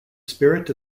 spirit